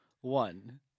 One